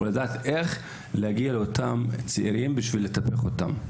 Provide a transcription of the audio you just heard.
הוא לדעת איך להגיע לאותם צעירים על מנת לטפח אותם.